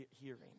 hearing